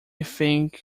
think